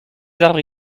arbres